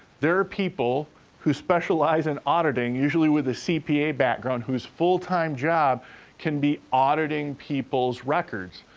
there are people who specialize in auditing, usually with a cpa background, whose full-time job can be auditing peoples' records.